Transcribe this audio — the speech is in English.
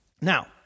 Now